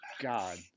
God